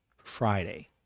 Friday